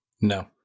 No